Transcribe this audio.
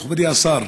מכובדי השר,